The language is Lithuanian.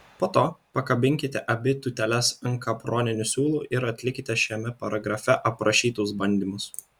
po to pakabinkite abi tūteles ant kaproninių siūlų ir atlikite šiame paragrafe aprašytus bandymus